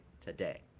today